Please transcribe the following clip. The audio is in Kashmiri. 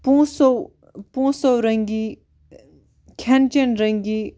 پونٛسَو پونٛسَو رٔنٛگی کھیٚن چیٚن رٔنٛگی